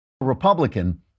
Republican